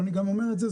אני גם אומר את זה,